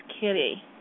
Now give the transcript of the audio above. kitty